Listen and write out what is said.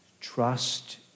trust